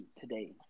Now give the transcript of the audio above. today